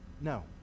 No